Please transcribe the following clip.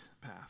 path